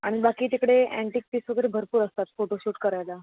आणि बाकी तिकडे अँटीक पीस वगैरे भरपूर असतात फोटोशूट करायला